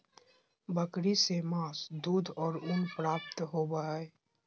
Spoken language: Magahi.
बकरी से मांस, दूध और ऊन प्राप्त होबय हइ